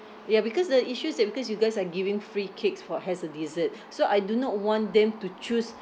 ya because the issue is that because you guys are giving free cakes for as a dessert so I do not want them to choose